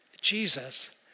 Jesus